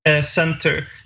Center